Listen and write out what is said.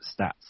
stats